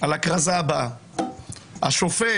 על הכרזה הבאה: השופט